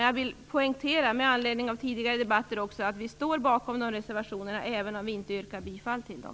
Jag vill dock poängtera, bl.a. med anledning av tidigare debatter, att vi står bakom de reservationerna även om vi inte yrkar bifall till dem.